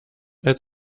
als